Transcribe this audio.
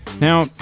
Now